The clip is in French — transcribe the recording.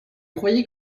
croyais